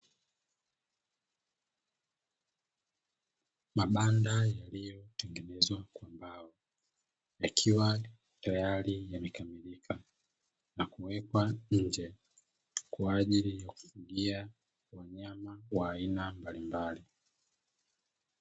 Mabanda yaliyotengenezwa kwa mbao yakiwa tayari yamekamilika na kuwekwa nje, kwa ajili ya kufugia wanyama wa aina mbalimbali.